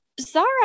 Zara